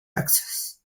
access